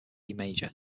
major